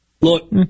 Look